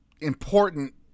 important